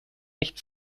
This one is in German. nicht